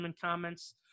comments